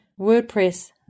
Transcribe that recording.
WordPress